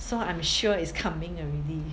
so I'm sure it's coming already